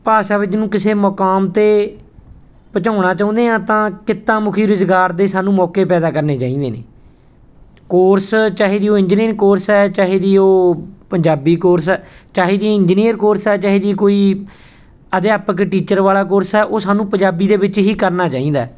ਭਾਸ਼ਾ ਵਿੱਚ ਜਿਹਨੂੰ ਕਿਸੇ ਮੁਕਾਮ 'ਤੇ ਪਹੁੰਚਾਉਣਾ ਚਾਹੁੰਦੇ ਹਾਂ ਤਾਂ ਕਿੱਤਾ ਮੁਖੀ ਰੁਜ਼ਗਾਰ ਦੀ ਸਾਨੂੰ ਮੌਕੇ ਪੈਦਾ ਕਰਨੇ ਚਾਹੀਦੇ ਨੇ ਕੋਰਸ ਚਾਹੇ ਜੀ ਉਹ ਇੰਜੀਨੀਅਰ ਕੋਰਸ ਹੈ ਚਾਹੇ ਜੀ ਉਹ ਪੰਜਾਬੀ ਕੋਰਸ ਹੈ ਚਾਹੇ ਜੀ ਇੰਜੀਨੀਅਰ ਕੋਰਸ ਹੈ ਚਾਹੇ ਜੀ ਕੋਈ ਅਧਿਆਪਕ ਟੀਚਰ ਵਾਲਾ ਕੋਰਸ ਹੈ ਉਹ ਸਾਨੂੰ ਪੰਜਾਬੀ ਦੇ ਵਿੱਚ ਹੀ ਕਰਨਾ ਚਾਹੀਦਾ